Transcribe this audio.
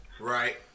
Right